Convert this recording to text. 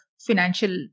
financial